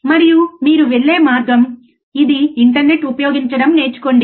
మరియు మీరు వెళ్ళే మార్గం ఇది ఇంటర్నెట్ ఉపయోగించడం నేర్చుకోండి